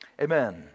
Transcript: Amen